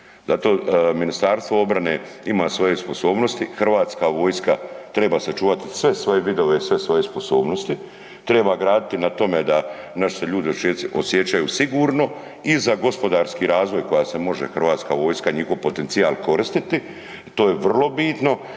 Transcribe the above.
Da to Ministarstvo obrane ima svoje sposobnosti, Hrvatska vojska treba sačuvati sve svoje vidove i sve svoje sposobnosti, treba graditi na tome da naši ljudi se osjećaju sigurno i za gospodarski razvoj koja se može Hrvatska vojska njihov potencijal koristiti i to je vrlo bitno,